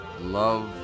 love